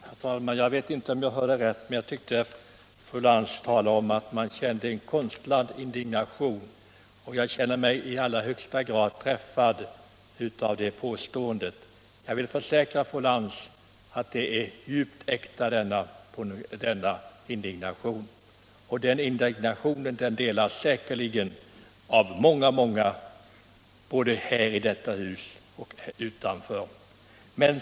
Herr talman! Jag vet inte om jag hörde rätt, men jag tyckte att fru Lantz talade om att det förekom en konstlad indignation i detta sammanhang. Jag reagerar i allra högsta grad mot det påståendet. Jag vill försäkra fru Lantz att min indignation är djup och äkta. Den indignationen delas säkerligen av många, både här i huset och utanför det.